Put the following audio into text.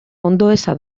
ondoeza